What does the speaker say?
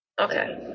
okay